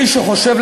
מי שחושב,